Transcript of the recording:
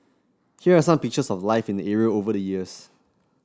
here are some pictures of life in the area over the years